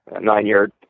nine-year